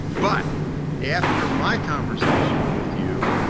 but after my conversation with you,